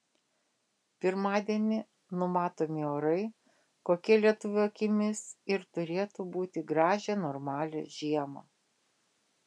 pirmadienį numatomi orai kokie lietuvio akimis ir turėtų būti gražią normalią žiemą